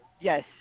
Yes